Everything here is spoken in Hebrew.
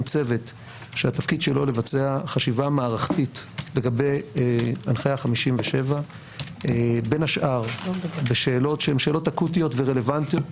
צוות שהתפקיד שלו לבצע חשיבה מערכתית לגבי הנחיה 57. בין השאר בשאלות שהן שאלות אקוטיות ורלוונטיות,